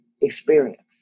experience